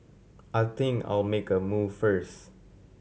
I think I'll make a move first